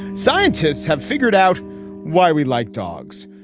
scientists have figured out why we like dogs.